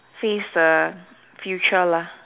face the future lah